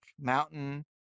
mountain